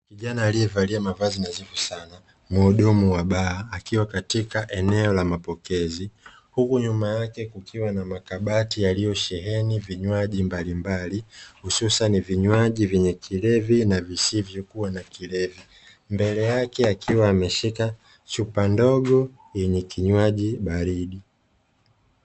Kijana aliyevalia mavazi nadhifu Sana, muhudumu wa baa; akiwa katika eneo la mapokezi, huku nyuma yake kukiwa na makabati yaliyosheheni vinywaji mbalimbali, hususa ni vinywaji vyenye kilevi na visivyokuwa na kilevi. Mbele yake akiwa ameshika chupa ndogo yenye kinywaji baridi.